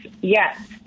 yes